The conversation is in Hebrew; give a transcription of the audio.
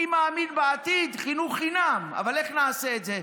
אני מאמין בחינוך חינם בעתיד, אבל איך נעשה את זה?